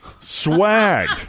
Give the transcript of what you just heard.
Swag